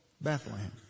Bethlehem